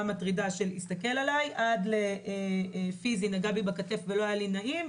מטרידה של "הסתכל עליי" ועד לפיזי "נגע בי בכתף ולא היה לי נעים",